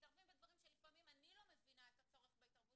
מתערבים בדברים שלפעמים אני לא מבינה את הצורך בהתערבות